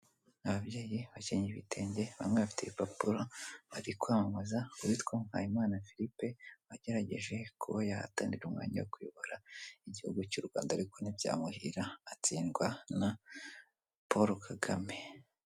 Ababyeyi bakenyeye ibitenge, bamwe bafite ipapuro bari kwamamaza uwitwa Mpayimana Philippe wagerageje kuba yahatanira umwanya wo kuyobora igihugu cy'u Rwanda, ariko ntibyamuhira atsindwa na Paul Kagame.